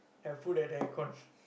then i put at the aircon